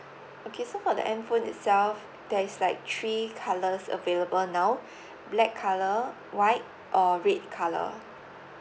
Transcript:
okay so for the N phone itself there is like three colours available now black colour white or red colour